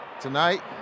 Tonight